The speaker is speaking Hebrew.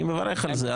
אני מברך על זה.